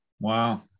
wow